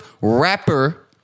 rapper